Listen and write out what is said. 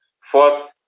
Fourth